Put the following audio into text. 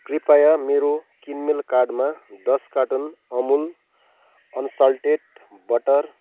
कृपया मेरो किनमेल कार्टमा दस कार्टुन अमुल अन्साल्टेड बटर